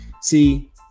See